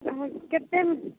अहाँ कतेकमे